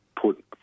put